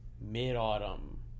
mid-autumn